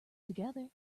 together